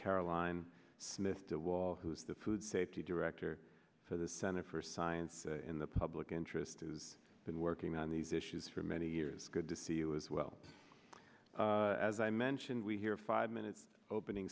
caroline smith the wall who's the food safety director for the center for science in the public interest has been working on these issues for many years good to see you as well as i mentioned we here five minutes opening